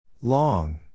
Long